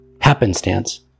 happenstance